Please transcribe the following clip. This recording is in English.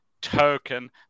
token